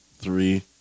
three